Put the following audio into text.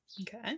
Okay